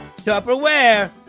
Tupperware